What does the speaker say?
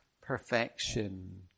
perfection